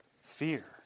fear